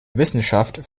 wissenschaft